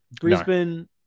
Brisbane